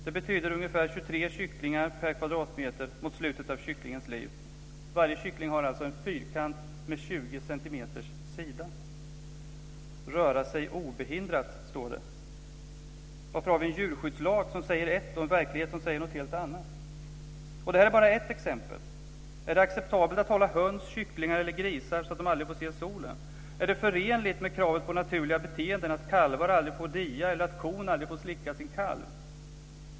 Det betyder ungefär 23 kycklingar per kvadratmeter mot slutet av kycklingens liv. Varje kyckling har alltså en fyrkant med 20 centimeters sida. Röra sig obehindrat, står det. Varför har vi en djurskyddslag som säger ett och en verklighet som säger något helt annat? Detta är bara ett exempel. Är det acceptabelt att hålla höns, kycklingar eller grisar så att de aldrig får se solen? Är det förenligt på kravet på naturliga beteenden att kalvar aldrig får dia eller att kon aldrig får slicka sin kalv?